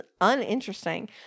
uninteresting